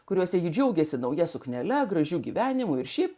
kuriuose ji džiaugėsi nauja suknele gražiu gyvenimu ir šiaip